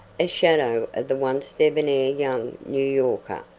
a shadow of the once debonair young new yorker,